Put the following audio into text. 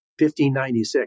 1596